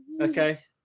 Okay